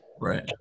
right